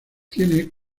tiene